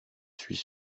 suis